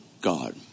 God